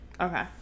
okay